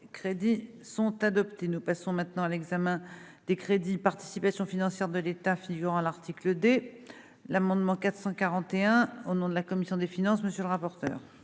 crédits sont adoptés, nous passons maintenant à l'examen des crédits participation financière de l'État figurant à l'article D l'amendement 441 au nom de la commission des finances, monsieur le rapporteur.